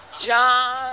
John